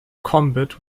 combat